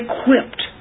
equipped